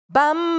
Bam